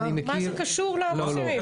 מה זה קשור למוסלמים?